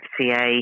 FCA